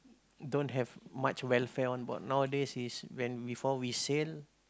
don't have much welfare on board nowadays is before we sail